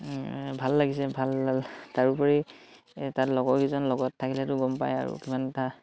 ভাল লাগিছে ভাল তাৰোপৰি তাত লগৰকেইজন লগত থাকিলেতো গম পায় আৰু কিমান এটা